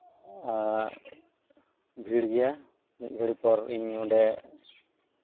ᱟᱨ ᱵᱷᱤᱲ ᱜᱮᱭᱟ ᱢᱤᱫ ᱜᱷᱟᱹᱲᱤ ᱯᱚᱨ ᱤᱧ ᱚᱸᱰᱮ